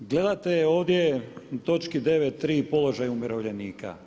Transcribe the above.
Gledate ovdje u točki 9.3 položaj umirovljenika.